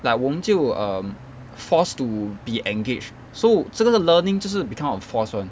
like 我们就 um forced to be engaged so 这个 learning 就是 became a forced [one]